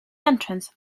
entrance